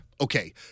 Okay